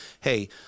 hey